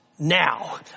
Now